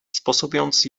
sposobiąc